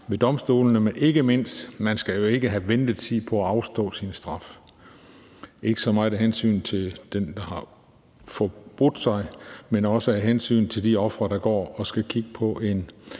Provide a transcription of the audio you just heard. ved domstolene, men ikke mindst i forhold til ventetiden på at komme til at afsone sin straf; ikke så meget af hensyn til den, der har forbrudt sig, som af hensyn til de ofre, der går og skal kigge på en